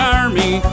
army